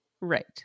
Right